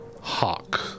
hawk